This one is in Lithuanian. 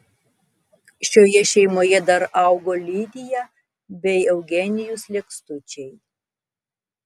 šioje šeimoje dar augo lidija bei eugenijus lekstučiai